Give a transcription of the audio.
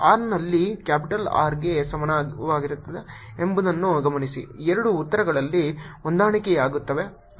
r ನಲ್ಲಿ capital R ಗೆ ಸಮನಾಗಿರುತ್ತದೆ ಎಂಬುದನ್ನು ಗಮನಿಸಿ ಎರಡು ಉತ್ತರಗಳು ಹೊಂದಾಣಿಕೆಯಾಗುತ್ತವೆ